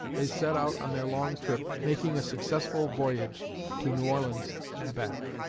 they set out on their long trip, making a successful voyage to new orleans and back.